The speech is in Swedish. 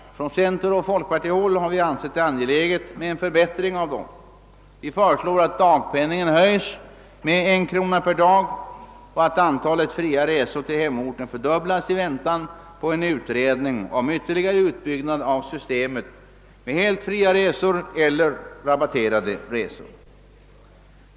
På centeroch folkpartihåll har vi ansett det vara angeläget med en förbättring av dessa förmåner. Vi föreslår att dagpenningen höjs med 1 krona per dag och att antalet fria resor till hemorten fördubblas i avvaktan på en utredning om ytterligare utbyggnad av systemet med helt fria eller rabatterade resor.